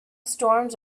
storms